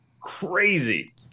crazy